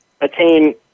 attain